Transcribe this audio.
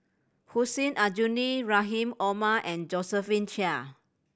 Hussein Aljunied Rahim Omar and Josephine Chia